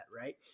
right